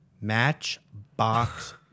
Matchbox